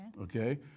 Okay